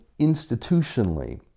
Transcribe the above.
institutionally